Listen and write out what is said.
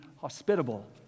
hospitable